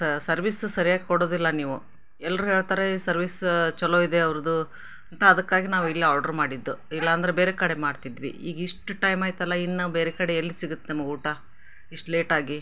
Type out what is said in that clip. ಸ ಸರ್ವಿಸು ಸರಿಯಾಗಿ ಕೊಡೋದಿಲ್ಲ ನೀವು ಎಲ್ಲರೂ ಹೇಳ್ತಾರೆ ಸರ್ವಿಸ್ ಚೊಲೋ ಇದೆ ಅವ್ರದ್ದು ಅಂತ ಅದಕ್ಕಾಗಿ ನಾವು ಇಲ್ಲೇ ಆರ್ಡ್ರು ಮಾಡಿದ್ದು ಇಲ್ಲಾಂದರೆ ಬೇರೆ ಕಡೆ ಮಾಡ್ತಿದ್ವಿ ಈಗ ಇಷ್ಟು ಟೈಮಾಯ್ತಲ್ಲ ಇನ್ನು ನಾವು ಬೇರೆ ಕಡೆ ಎಲ್ಲಿ ಸಿಗುತ್ತೆ ನಮಗೆ ಊಟ ಇಷ್ಟು ಲೇಟಾಗಿ